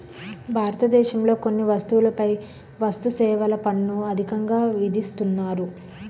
భారతదేశంలో కొన్ని వస్తువులపై వస్తుసేవల పన్ను అధికంగా విధిస్తున్నారు